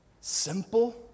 simple